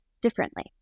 differently